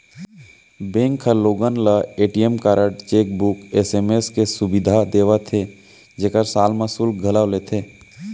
bank ह लोगन ल ए.टी.एम कारड, चेकबूक, एस.एम.एस के सुबिधा देवत हे जेकर साल म सुल्क घलौ लेथे